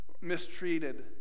mistreated